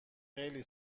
خیلی